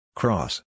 cross